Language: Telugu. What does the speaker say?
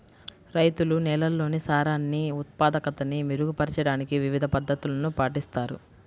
రైతులు నేలల్లోని సారాన్ని ఉత్పాదకతని మెరుగుపరచడానికి వివిధ పద్ధతులను పాటిస్తారు